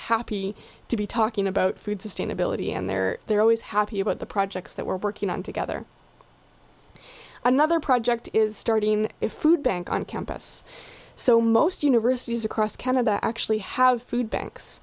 happy to be talking about food sustainability and they're they're always happy about the projects that we're working on together another project is starting to food bank on campus so most universities across canada actually have food banks